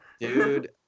Dude